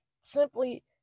simply